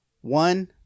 one